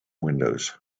windows